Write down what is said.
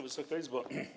Wysoka Izbo!